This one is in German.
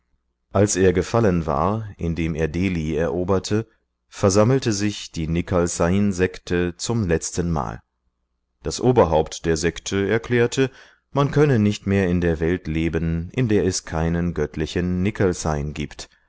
als er gefallen war indem er delhi eroberte versammelte sich die nichalsainsekte zum letztenmal das oberhaupt der sekte erklärte man könne nicht mehr in der welt leben in der es keinen göttlichen nichalsain gibt